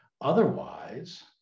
Otherwise